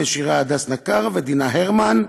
ושירה הדס-נקר, ודנה הרמן,